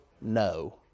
no